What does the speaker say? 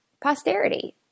posterity